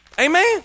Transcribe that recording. Amen